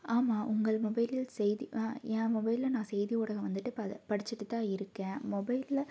ஆமாம் உங்கள் மொபைலில் செய்தி என் மொபைலில் நான் செய்தி ஊடகம் வந்துட்டு பது படிச்சுட்டு தான் இருக்கேன் மொபைலில்